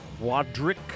Quadric